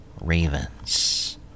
Ravens